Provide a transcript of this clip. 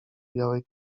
białej